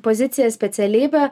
pozicija specialybė